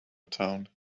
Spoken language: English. town